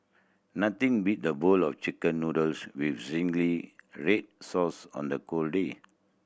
nothing beat a bowl of Chicken Noodles with zingy red sauce on a cold day